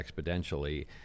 exponentially